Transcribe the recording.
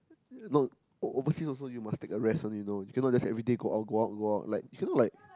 no o~ overseas also you must take a rest one you know you cannot just everyday go out go out go out like you cannot like